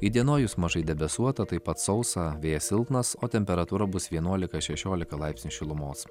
įdienojus mažai debesuota taip pat sausa vėjas silpnas o temperatūra bus vienuolika šešiolika laipsnių šilumos